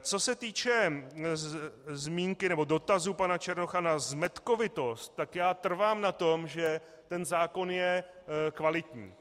Co se týče zmínky nebo dotazu pana Černocha na zmetkovitost, tak trvám na tom, že ten zákon je kvalitní.